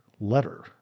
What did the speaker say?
letter